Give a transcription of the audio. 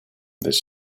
this